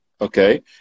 Okay